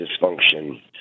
dysfunction